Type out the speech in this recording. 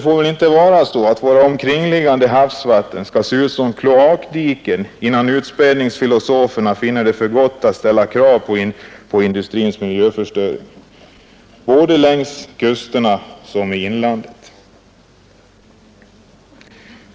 För våra omkringliggande havsvatten måste väl inte se ut som kloakdiken, innan utspädningsfilosoferna finner för gott att ställa krav i fråga om industrins miljöförstöring, såväl längs kusterna som i inlandet.